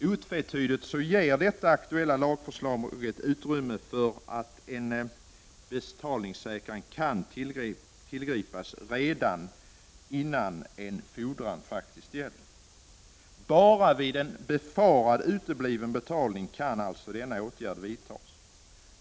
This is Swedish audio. Otvetydligt ger det aktuella lagförslaget utrymme för att en betalningssäkran kan tillgripas redan innan en fordran faktiskt gäller. Redan vid en befarad utebliven betalning kan alltså denna åtgärd vidtas.